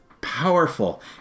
powerful